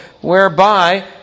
whereby